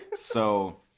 so,